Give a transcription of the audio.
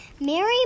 Mary